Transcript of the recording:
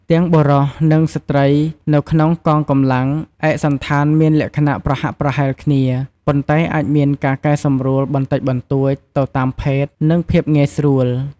ទាំងបុរស និងស្ត្រីនៅក្នុងកងកម្លាំង ឯកសណ្ឋានមានលក្ខណៈប្រហាក់ប្រហែលគ្នា ប៉ុន្តែអាចមានការកែសម្រួលបន្តិចបន្តួចទៅតាមភេទ និងភាពងាយស្រួល។